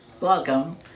Welcome